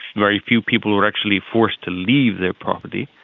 very few people are actually forced to leave their property,